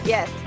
Yes